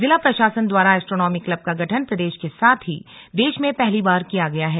जिला प्रशासन द्वारा एस्ट्रोनॉमी क्लब का गठन प्रदेश के साथ ही देश में पहली बार किया गया है